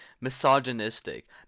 misogynistic